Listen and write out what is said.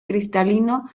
cristalino